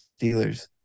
Steelers